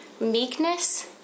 meekness